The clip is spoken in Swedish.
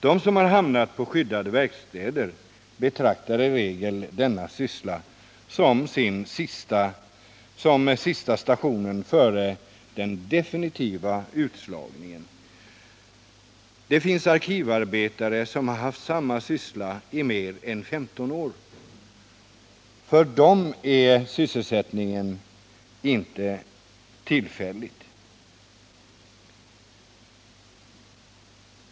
De som har hamnat på skyddade verkstäder betraktar i regel denna syssla som sista stationen före den definitiva utslagningen. Det finns arkivarbetare som haft samma syssla i mer än 15 år. För dem är denna sysselsättning inte något tillfälligt.